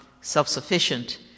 self-sufficient